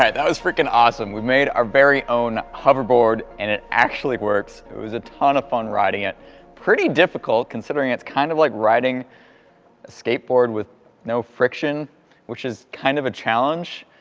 was freaking awesome! we made our very own hoverboard and it actually works! it was a ton of fun riding it pretty difficult considering it's kind of like riding a skateboard with no friction which is kind of a challenge.